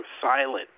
silent